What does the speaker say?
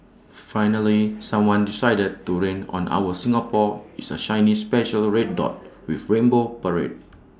finally someone decided to rain on our Singapore is A shiny special red dot with rainbow parade